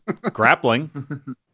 Grappling